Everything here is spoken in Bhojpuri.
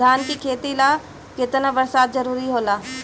धान के खेती ला केतना बरसात जरूरी होला?